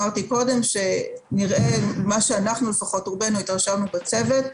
שנראה מה שלפחות רובנו התרשמנו בצוות,